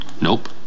Nope